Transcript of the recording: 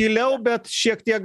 tyliau bet šiek tiek